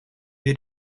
или